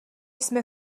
jsme